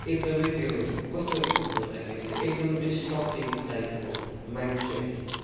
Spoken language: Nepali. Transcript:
एकदम त्यो कस्तो भन्दाखेरि चाहिँ एकदम डेस्ट्रक्टिभ टाइपको माइन्ड सेट